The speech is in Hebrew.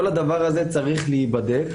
כל האנשים האלה צריכים להיבדק.